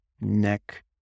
Neck